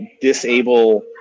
disable